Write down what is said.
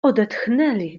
odetchnęli